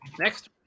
Next